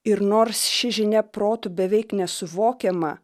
ir nors ši žinia protu beveik nesuvokiama